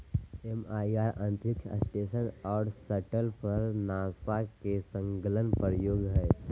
MIR अंतरिक्ष station और shuttle पर नासा के संलग्न प्रयोग हइ